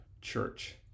church